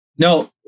No